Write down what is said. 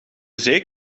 zee